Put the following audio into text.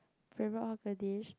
favorite hawker dish